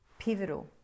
pivotal